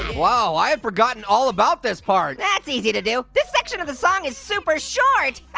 whoa, i'd forgotten all about this part. that's easy to do. this section of the song is super short.